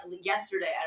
Yesterday